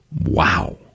Wow